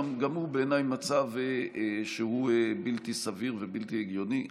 הוא בעיניי מצב בלתי סביר ובלתי הגיוני.